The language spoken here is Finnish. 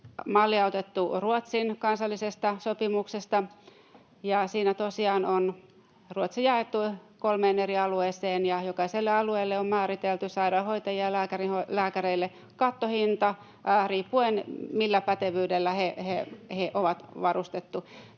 mallia otettu Ruotsin kansallisesta sopimuksesta, ja siinä tosiaan on Ruotsi jaettu kolmeen eri alueeseen ja jokaiselle alueelle on määritelty kattohinta sairaanhoitajille ja lääkäreille riippuen siitä, millä pätevyydellä heidät on varustettu.